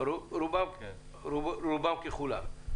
רובם ככולם.